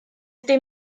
dim